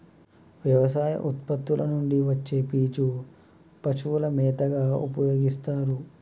వ్యవసాయ ఉత్పత్తుల నుండి వచ్చే పీచు పశువుల మేతగా ఉపయోస్తారు